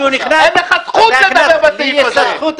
כשהוא נכנס --- אין לך זכות לדבר בסעיף הזה.